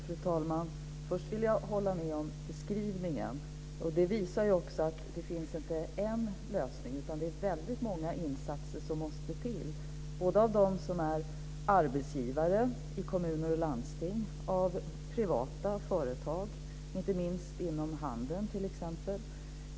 Fru talman! Först vill jag hålla med om beskrivningen. Den visar att det inte finns en lösning, utan att det är många insatser som måste till både av dem som är arbetsgivare i kommuner och landsting och av privata företag - inte minst inom handeln.